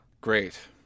Great